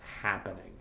happening